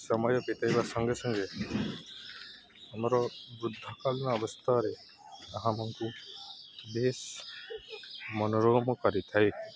ସମୟ ବିତେଇବା ସଙ୍ଗେ ସଙ୍ଗେ ଆମର ବୃଦ୍ଧକାଳୀନ ଅବସ୍ଥାରେ ଆମଙ୍କୁ ବେଶ ମନୋରମ କରିଥାଏ